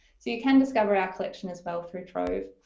so you can discover our collection as well through trove.